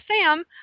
Sam